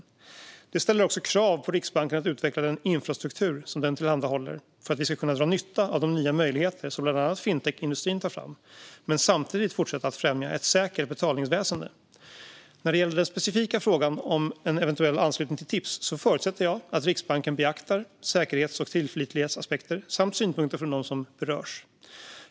Detta ställer också krav på Riksbanken att utveckla den infrastruktur som den tillhandahåller för att vi ska kunna dra nytta av de nya möjligheter som bland annat fintechindustrin tar fram, men samtidigt fortsätta att främja ett säkert betalningsväsen. När det gäller den specifika frågan om en eventuell anslutning till TIPS förutsätter jag att Riksbanken beaktar säkerhets och tillförlitlighetsaspekter samt synpunkter från dem som berörs.